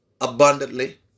abundantly